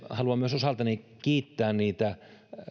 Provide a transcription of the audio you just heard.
haluan myös osaltani kiittää niitä